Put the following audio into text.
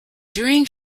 during